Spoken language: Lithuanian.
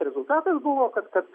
rezultatas buvo kad kad